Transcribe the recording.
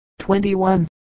21